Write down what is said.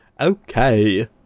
okay